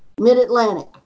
Mid-Atlantic